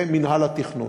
ומינהל התכנון.